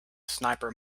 sniper